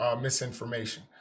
misinformation